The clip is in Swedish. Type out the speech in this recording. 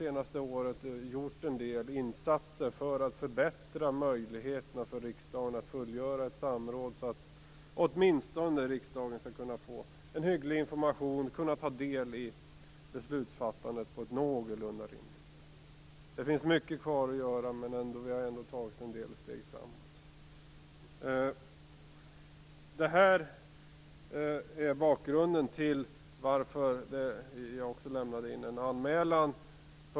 Utskottet har gjort en del insatser under det senaste året för att förbättra möjligheterna för riksdagen att fullgöra ett samråd, få en åtminstone hygglig information och ta del av beslutsfattandet på ett någorlunda rimligt sätt. Det finns mycket kvar att göra, men vi har ändå tagit en del steg framåt. Detta är bakgrunden till att jag lämnade in en anmälan.